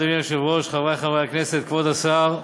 היושב-ראש, תודה, חברי חברי הכנסת, כבוד השר,